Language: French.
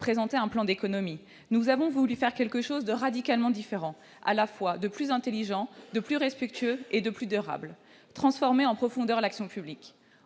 présenter un plan d'économies. Nous avons voulu faire quelque chose de radicalement différent, à la fois de plus intelligent, de plus respectueux et de plus durable : transformer en profondeur l'action publique.